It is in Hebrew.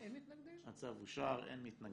פה אחד צו לימוד חובה (שיעור השתתפות של המדינה ושל רשויות